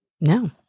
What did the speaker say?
No